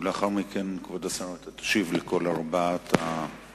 ולאחר מכן, כבוד השר, אתה תשיב לכל ארבעת הדוברים.